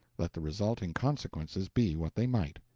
let the resulting consequences be what they might.